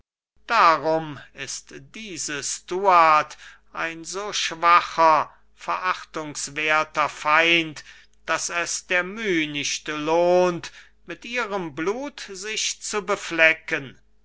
darum ist diese stuart ein so schwacher verachtungswerter feind daß es der müh nicht lohnt mit ihrem blut sich zu beflecken